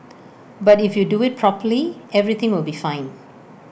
but if you do IT properly everything will be fine